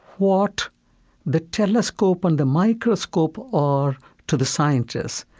what the telescope and the microscope are to the scientist.